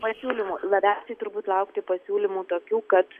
pasiūlymų labiausiai turbūt laukti pasiūlymų tokių kad